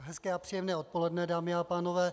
Hezké a příjemné odpoledne, dámy a pánové.